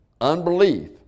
unbelief